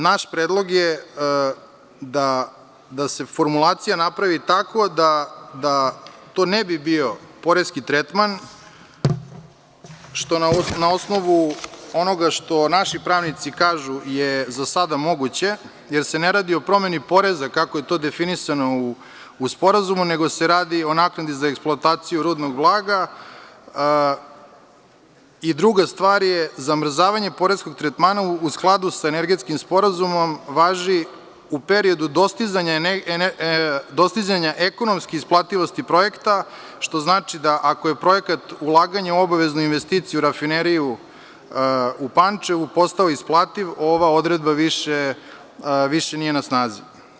Naš predlog je da se formulacija napravi tako da to ne bio poreski tretman, što na osnovu onoga što naši pravnici kažu je za sada moguće, jer se ne radi o promeni poreza, kako je to definisano u sporazumu, nego se radi o naknadi za eksploataciju rudnog blaga i druga stvar je zamrzavanje poreskog tretmana u skladu sa energetskim sporazumom važi u periodu dostizanja ekonomske isplativosti projekta, što znači ako je projekat ulaganja u obaveznu investiciju Rafinerije u Pančevu postao isplativ, ova odredba više nije na snazi.